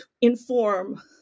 inform